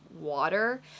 water